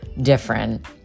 different